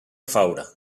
faura